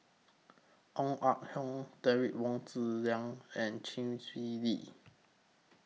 Ong Ah Hoi Derek Wong Zi Liang and Chee Swee Lee